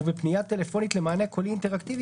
ובפנייה טלפונית למענה קולי אינטראקטיבי